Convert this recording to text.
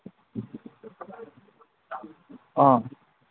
ꯑ